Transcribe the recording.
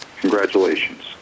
Congratulations